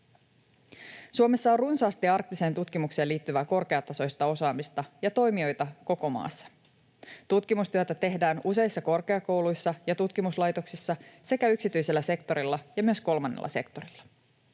Suomessa on runsaasti arktiseen tutkimukseen liittyvää korkeatasoista osaamista ja toimijoita koko maassa. Tutkimustyötä tehdään useissa korkeakouluissa ja tutkimuslaitoksissa sekä yksityisellä sektorilla ja myös kolmannella sektorilla.